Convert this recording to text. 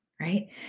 Right